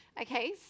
Okay